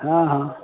हँ हँ